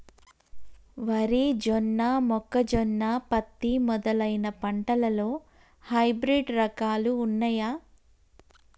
వరి జొన్న మొక్కజొన్న పత్తి మొదలైన పంటలలో హైబ్రిడ్ రకాలు ఉన్నయా?